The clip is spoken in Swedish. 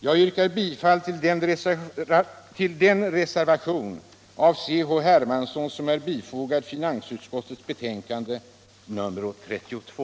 Jag yrkar bifall till den reservation av C.-H. Hermansson som är bifogad finansutskottets betänkande nr 32.